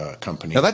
company